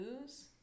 lose